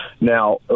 now